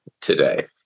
today